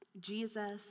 Jesus